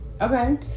Okay